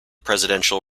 presidential